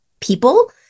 people